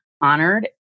honored